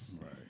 Right